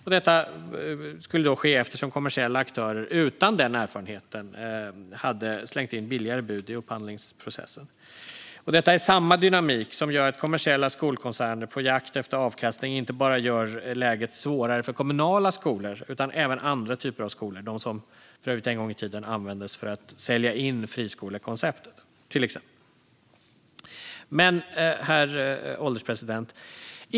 Och detta skulle ske eftersom kommersiella aktörer utan den erfarenheten hade slängt in billigare bud i upphandlingsprocessen. Samma dynamik gör att kommersiella skolkoncerner som är på jakt efter avkastning gör läget svårare för inte bara kommunala skolor utan även andra typer av skolor, till exempel de som för övrigt en gång i tiden användes för att sälja in friskolekonceptet. Herr ålderspresident!